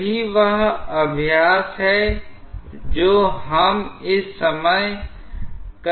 यही वह अभ्यास है जो हम इस समय कर रहे हैं